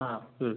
ആ